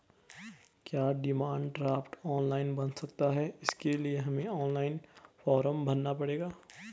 क्या demand draft online बन सकता है इसके लिए हमें ऑनलाइन फॉर्म भरना पड़ेगा?